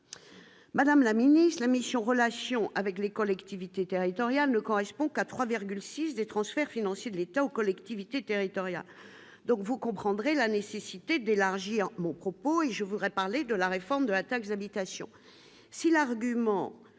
Madame la Ministre, la mission relations avec les collectivités territoriales ne correspond qu'à 3,6 des transferts financiers de l'État aux collectivités territoriales, donc vous comprendrez la nécessité d'élargir mon propos et je voudrais parler de la réforme de la taxe d'habitation